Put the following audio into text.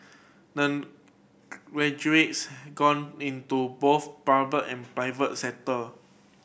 the graduates have gone into both public and private sector